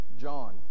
John